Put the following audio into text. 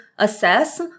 assess